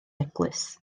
eglwys